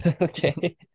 Okay